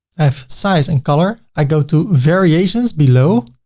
i have size and color. i go to variations below.